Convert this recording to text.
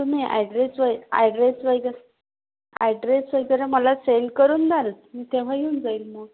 तुम्ही अॅड्रेस वै अॅड्रेस वैग अॅड्रेस वगैरे मला सेल करून द्याल मी तेव्हा येऊन जाईन मग